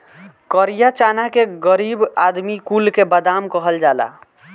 करिया चना के गरीब आदमी कुल के बादाम कहल जाला